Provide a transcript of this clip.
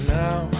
now